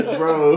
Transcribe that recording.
bro